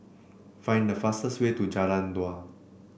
find the fastest way to Jalan Dua